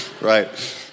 right